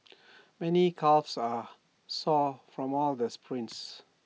many calves are sore from all these sprints